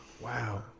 Wow